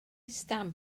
stamp